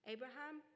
Abraham